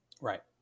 Right